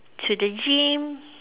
to the gym